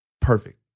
Perfect